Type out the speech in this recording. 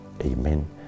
Amen